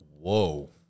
Whoa